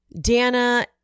Dana